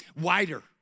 wider